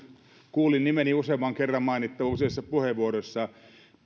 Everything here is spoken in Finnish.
kuulin nimeni useamman kerran mainittuna useassa puheenvuorossa